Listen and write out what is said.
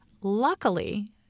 luckily